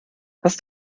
hast